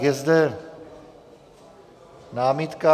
Je zde námitka.